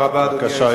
בבקשה.